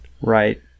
Right